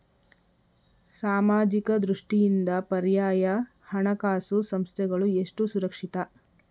ಸಾಮಾಜಿಕ ದೃಷ್ಟಿಯಿಂದ ಪರ್ಯಾಯ ಹಣಕಾಸು ಸಂಸ್ಥೆಗಳು ಎಷ್ಟು ಸುರಕ್ಷಿತ?